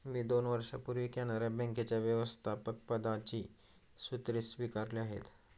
मी दोन वर्षांपूर्वी कॅनरा बँकेच्या व्यवस्थापकपदाची सूत्रे स्वीकारली आहेत